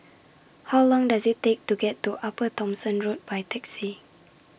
How Long Does IT Take to get to Upper Thomson Road By Taxi